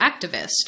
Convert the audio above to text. activist